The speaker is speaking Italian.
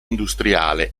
industriale